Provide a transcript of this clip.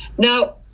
Now